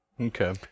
Okay